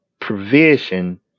provision